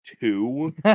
two